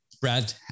Brad